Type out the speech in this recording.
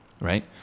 right